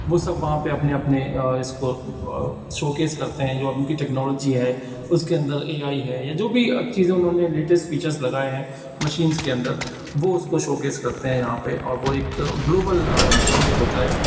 وہ سب وہاں پہ اپنے اپنے اس کو شوکیس کرتے ہیں جو اب ان کی ٹیکنالوجی ہے اس کے اندر اے آئی ہے یا جو بھی چیزیں انہوں نے لیٹسٹ فیچرس لگائے ہیں مشینس کے اندر وہ اس کو شوکیس کرتے ہیں یہاں پہ اور وہ ایک گلوبل سمٹ ہوتا ہے